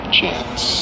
chance